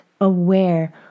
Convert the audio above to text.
aware